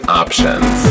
options